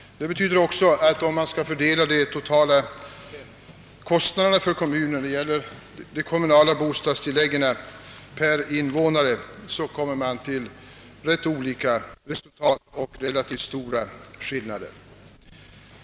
Detta betyder att man, om man fördelar kostnaderna för de kommunala bostadstilläggen per invånare i kommunerna, finner relativt stora skillnader.